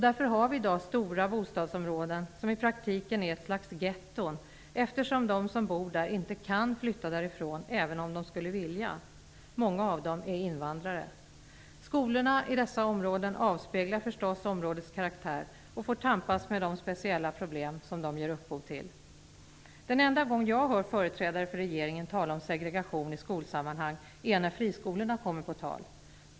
Därför har vi i dag stora bostadsområden som i praktiken är ett slags getton, eftersom de som bor där inte kan flytta därifrån även om de skulle vilja. Många av dem är invandrare. Skolorna i dessa områden avspeglar förstås områdets karaktär och får tampas med de speciella problem som dessa områden ger upphov till. Den enda gång jag hör företrädare för regeringen tala om segregation i skolsammanhang är när friskolorna kommer på tal.